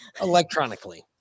electronically